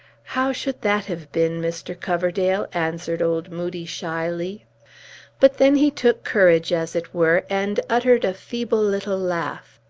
how should that have been, mr. coverdale? answered old moodie shyly but then he took courage, as it were, and uttered a feeble little laugh.